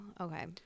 okay